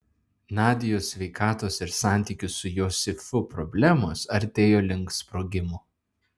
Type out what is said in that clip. nadios sveikatos ir santykių su josifu problemos artėjo link sprogimo